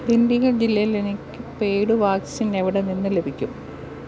ദിണ്ടിഗൽ ജില്ലയിൽ എനിക്ക് paid vaccine എവിടെ നിന്ന് ലഭിക്കും